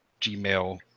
Gmail